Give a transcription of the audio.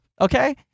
Okay